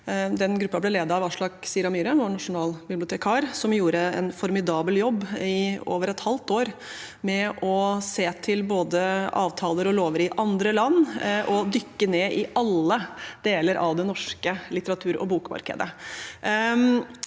Den gruppen ble ledet av Aslak Sira Myhre, vår nasjonalbibliotekar, som gjorde en formidabel jobb i over et halvt år med å se på både avtaler og lover i andre land og dykke ned i alle deler av det norske litteratur- og bokmarkedet.